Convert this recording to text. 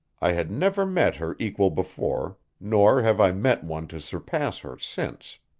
i had never met her equal before, nor have i met one to surpass her since.